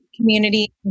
community